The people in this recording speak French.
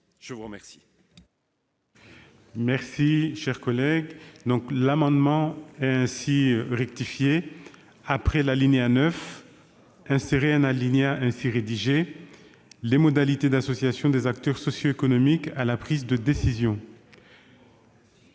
Je vous remercie